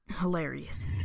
Hilarious